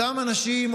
אותם אנשים,